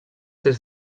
des